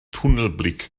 tunnelblick